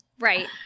Right